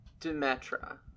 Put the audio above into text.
Demetra